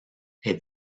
est